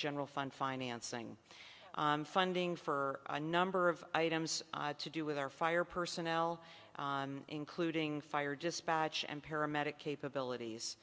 general fund financing funding for a number of items to do with our fire personnel including fire dispatch and paramedic capabilities